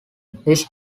this